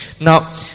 now